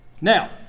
Now